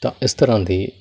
ਤਾਂ ਇਸ ਤਰ੍ਹਾਂ ਦੀ